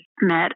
met